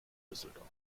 düsseldorf